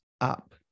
up